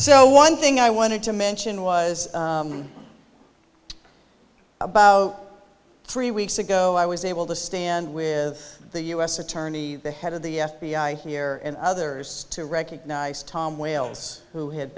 so one thing i wanted to mention was about three weeks ago i was able to stand with the u s attorney the head of the f b i here and others to recognize tom wales who had